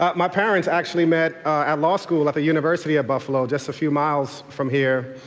ah my parents actually met at law school at the university of buffalo just a few miles from here.